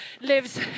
lives